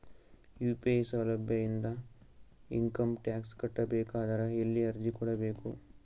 UPI ಸೌಲಭ್ಯ ಇಂದ income tax ಕಟ್ಟಬೇಕಾದರ ಎಲ್ಲಿ ಅರ್ಜಿ ಕೊಡಬೇಕು?